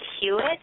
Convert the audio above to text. Hewitt